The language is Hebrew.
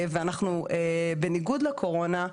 בניגוד לקורונה,